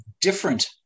different